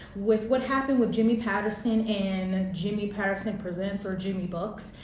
with what happened with jimmy patterson and jimmy patterson presents or jimmy books,